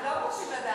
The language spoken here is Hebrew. אנחנו גם רוצים לדעת.